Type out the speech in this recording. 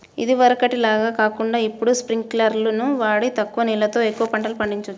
ఇదివరకటి లాగా కాకుండా ఇప్పుడు స్పింకర్లును వాడి తక్కువ నీళ్ళతో ఎక్కువ పంటలు పండిచొచ్చు